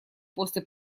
после